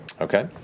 Okay